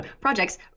projects